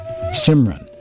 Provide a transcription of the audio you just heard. Simran